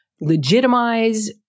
legitimize